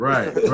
Right